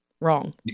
wrong